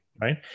right